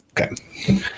okay